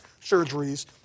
surgeries